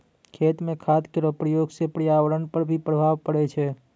खेत म खाद केरो प्रयोग सँ पर्यावरण पर भी प्रभाव पड़ै छै